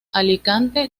alicante